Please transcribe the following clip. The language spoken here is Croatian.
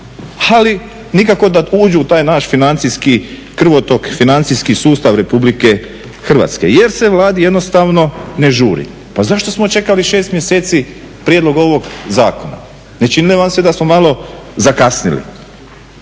ali nikako da uđu u taj naš financijski krvotok, financijski sustav RH jer se Vladi jednostavno ne žuri. Pa zašto smo čekali 6 mjeseci prijedlog ovog zakona? ne čini li vam se da smo malo zakasnili?